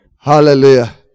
Hallelujah